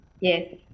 Yes